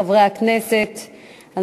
חברי הכנסת,